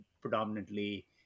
predominantly